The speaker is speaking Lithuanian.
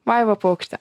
vaiva paukšte